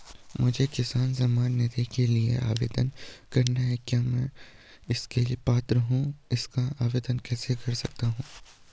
मुझे किसान सम्मान निधि के लिए आवेदन करना है क्या मैं इसके लिए पात्र हूँ इसका आवेदन कैसे कर सकता हूँ?